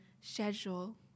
schedule